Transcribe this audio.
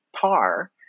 par